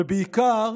ובעיקר,